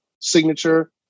signature